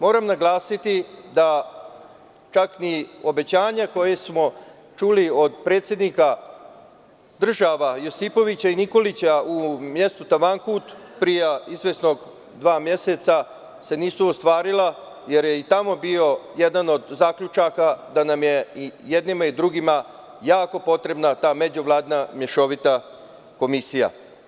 Moram naglasiti da se čak ni obećanja koja smo čuli od predsednika država Josipovića i Nikolića u mestu Tavankut pre dva meseca nisu ostvarila, jer je i tamo bio jedan od zaključaka da nam je i jednima i drugima jako potrebna ta međuvladina mešovita komisija.